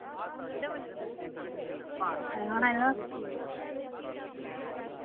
हां हैल्लो